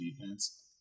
defense